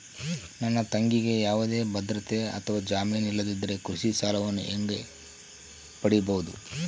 ನನ್ನ ತಂಗಿಗೆ ಯಾವುದೇ ಭದ್ರತೆ ಅಥವಾ ಜಾಮೇನು ಇಲ್ಲದಿದ್ದರೆ ಕೃಷಿ ಸಾಲವನ್ನು ಹೆಂಗ ಪಡಿಬಹುದು?